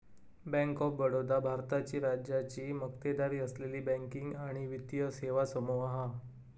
bank of Baroda भारताची राज्याची मक्तेदारी असलेली बँकिंग आणि वित्तीय सेवा समूह हा